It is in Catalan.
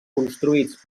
construïts